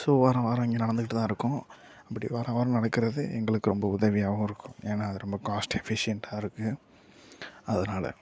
so வாரம் வாரம் இங்கே நடந்துக்கிட்டுதான் இருக்கும் அப்படி வாரம் வாரம் நடக்கிறது எங்களுக்கு ரொம்ப உதவியாகவும் இருக்கும் ஏன்னா அது காஸ்ட் எஃபிசியன்ட்டாக இருக்குது அதனால